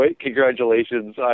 Congratulations